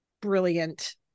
brilliant